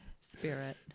spirit